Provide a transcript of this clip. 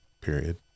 period